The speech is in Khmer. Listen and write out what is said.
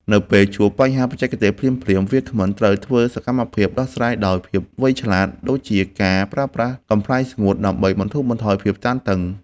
នៅពេលជួបបញ្ហាបច្ចេកទេសភ្លាមៗ វាគ្មិនត្រូវធ្វើសកម្មភាពដោះស្រាយដោយភាពវៃឆ្លាត ដូចជាការប្រើប្រាស់កំប្លែងស្ងួតដើម្បីបន្ធូរបន្ថយភាពតានតឹង។